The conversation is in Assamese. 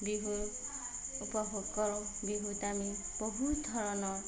বিহুৰ উপভোগ কৰোঁ বিহুত আমি বহুত ধৰণৰ